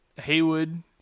Haywood